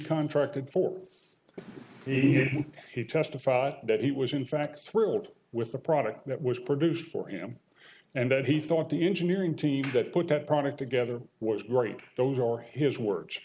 contracted for he testified that he was in fact thrilled with the product that was produced for him and that he thought the engineering team that put that product together was great those are his words